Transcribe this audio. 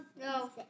No